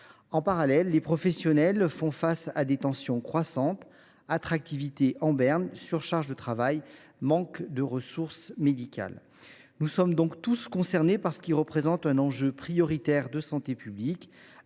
En parallèle, les professionnels font face à des tensions croissantes : attractivité en berne, surcharge de travail ou encore manque de ressource médicale. Nous sommes tous concernés par ce qui représente un enjeu prioritaire de santé,